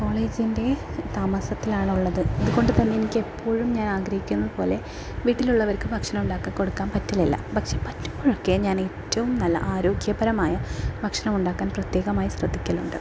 കോളേജിൻ്റെ താമസത്തിലാണുള്ളത് അതുകൊണ്ട് തന്നെ എനിക്കെപ്പോഴും ഞാൻ ആഗ്രഹിക്കുന്നതു പോലെ വീട്ടിലുള്ളവർക്ക് ഭക്ഷണം ഉണ്ടാക്കിക്കൊടുക്കാൻ പറ്റുന്നില്ല പക്ഷേ പറ്റുമ്പോഴൊക്കെ ഞാൻ ഏറ്റവും നല്ല ആരോഗ്യപരമായ ഭക്ഷണമുണ്ടാക്കാൻ പ്രത്യേകമായി ശ്രദ്ധിക്കുന്നുണ്ട്